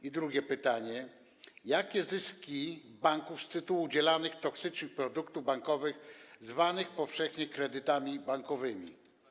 I drugie pytanie: Jakie są zyski banków z tytułu sprzedaży toksycznych produktów bankowych, zwanych powszechnie kredytami bankowymi?